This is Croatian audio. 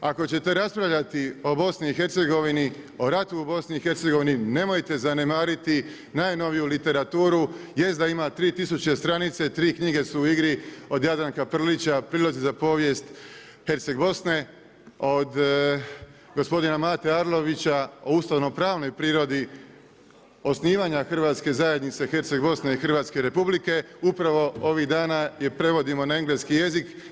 Ako ćete raspravljati o BIH o ratu u BIH, nemojte zanemariti najnoviju literaturu, jest da ima 3000 str. i 3 knjige su u igri, od Jadranka Prlića, prilozi za povijest Herceg Bosne, od gospodin Mate Arlovića o ustavnoj pravnoj prirodi osnivanja hrvatske zajednice Herceg Bosne i Hrvatske Republike, upravo ovih dana je prevodimo na engleski jezik.